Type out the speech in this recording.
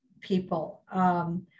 people